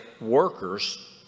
workers